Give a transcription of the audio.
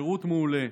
שירות מעולה,